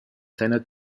seiner